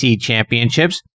championships